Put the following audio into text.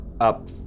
up